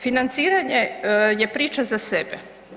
Financiranje je priča za sebe.